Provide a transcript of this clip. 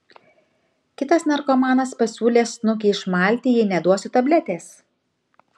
kitas narkomanas pasiūlė snukį išmalti jei neduosiu tabletės